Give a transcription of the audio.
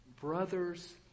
Brothers